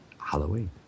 Halloween